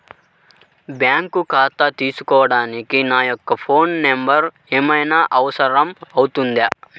Bank ఖాతా తీసుకోవడానికి నా యొక్క ఫోన్ నెంబర్ ఏమైనా అవసరం అవుతుందా?